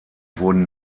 wurden